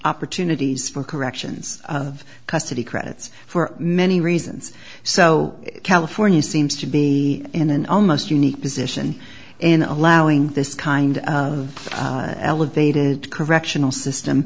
opportunities for corrections of custody credits for many reasons so california seems to be in an almost unique position in allowing this kind of elevated correctional system